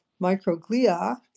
microglia